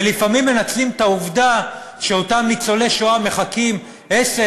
ולפעמים מנצלים את העובדה שאותם ניצולי שואה מחכים עשר